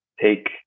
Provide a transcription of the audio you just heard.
take